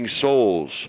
souls